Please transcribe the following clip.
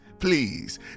Please